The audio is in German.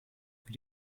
wie